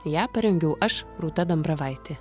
ją parengiau aš rūta dambravaitė